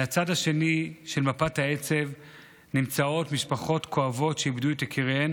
מהצד השני של מפת העצב נמצאות משפחות כואבות שאיבדו את יקיריהן